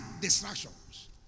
distractions